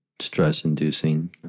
stress-inducing